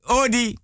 odi